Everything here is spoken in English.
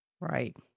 right